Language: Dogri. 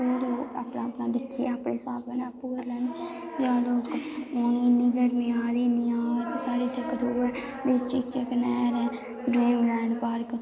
होर अपना अपना दिक्खियै अपने हिसाब कन्नै आपूं करी लैंदे जां लोग हून इन्नी गर्मी आ दी इन्नी आ दी साढ़ै इत्थें कठुए डिस्टिक च इक नैह्र ऐ ड्रीम लैंड पार्क